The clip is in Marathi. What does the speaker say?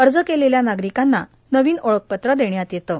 अर्ज केलेल्या नागरिकांना नवीन ओळखपत्र देण्यात येत आहे